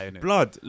Blood